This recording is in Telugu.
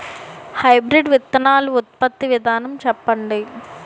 హైబ్రిడ్ విత్తనాలు ఉత్పత్తి విధానం చెప్పండి?